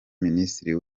minisitiri